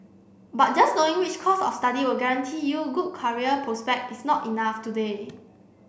but just knowing which course of study will guarantee you good career prospect is not enough today